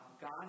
God